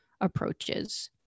approaches